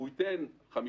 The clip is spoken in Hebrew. והוא ייתן 5,